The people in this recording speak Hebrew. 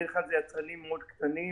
בדרך כלל אלה יצרנים מאוד קטנים